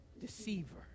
deceiver